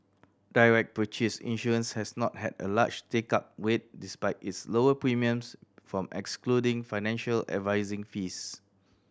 direct purchase insurance has not had a large take up rate despite its lower premiums from excluding financial advising fees